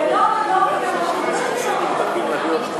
ודב עוד לא ויתר על דיבור.